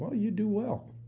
you do well.